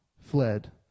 fled